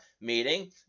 meeting